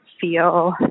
feel